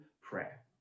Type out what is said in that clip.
prayer